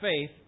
faith